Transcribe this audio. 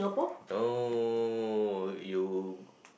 no you